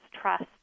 trust